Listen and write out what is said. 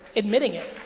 admitting it.